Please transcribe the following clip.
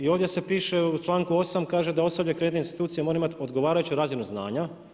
I ovdje se piše u članku 8. kaže da osoblje, kreditne institucije moraju imati odgovarajuću razinu znanja.